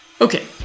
Okay